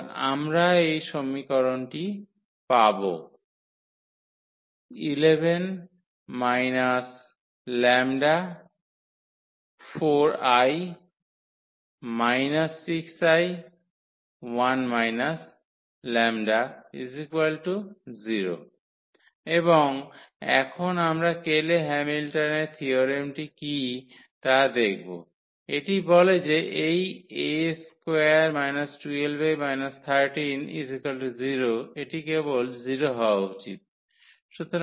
সুতরাং আমরা এই সমীকরণটি পাব এবং এখন আমরা কেলে হ্যামিল্টনের থিয়োরেমটি কী তা দেখব এটি বলে যে এই A2 12𝐴 130 এটি কেবল 0 হওয়া উচিত